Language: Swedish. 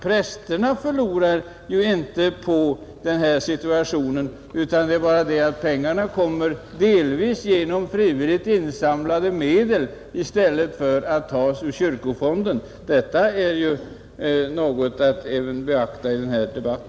Prästerna förlorar alltså inte på detta — det är bara så att utgifterna till en del täcks genom frivilligt insamlade medel i stället för att bestridas ur kyrkofonden, Detta är något som också bör beaktas i denna debatt.